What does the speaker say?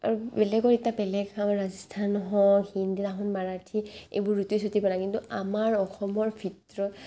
আৰু বেলেগৰ এটা বেলেগ হওক ৰাজস্থান হওক হিন্দীৰ এখন মাৰাঠী এইবোৰ ৰুটি চুটি বনায় কিন্তু আমাৰ ভিতৰত